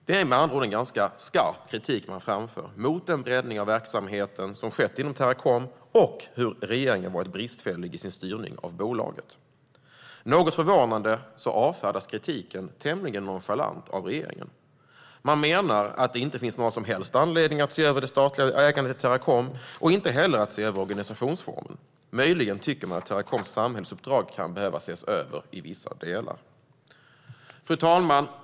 Det är med andra ord ganska skarp kritik Riksrevisionen framför mot den breddning av verksamheten som har skett inom Teracom och att regeringen har varit bristfällig i sin styrning av bolaget. Något förvånande avfärdas kritiken ganska nonchalant av regeringen. Man menar att det inte finns några som helst anledningar att se över det statliga ägandet i Teracom och inte heller någon anledning att se över organisationsformen. Möjligen tycker man att Teracoms samhällsuppdrag kan behöva ses över i vissa delar. Fru talman!